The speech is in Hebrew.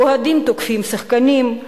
אוהדים תוקפים שחקנים,